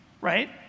right